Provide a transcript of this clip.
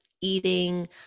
eating